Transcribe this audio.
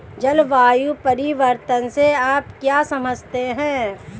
जलवायु परिवर्तन से आप क्या समझते हैं?